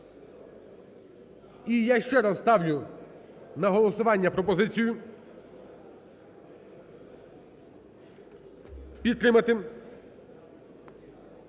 І я ще раз ставлю на голосування пропозицію підтримати